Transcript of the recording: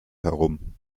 herum